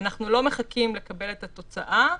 אנחנו לא מחכים לקבל את התוצאה,